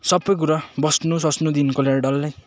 सबै कुरा बस्नु सस्नुदेखिको लिएर डल्लै